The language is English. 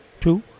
two